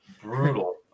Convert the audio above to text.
Brutal